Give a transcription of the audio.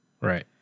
Right